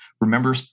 remember